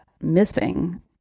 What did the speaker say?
missing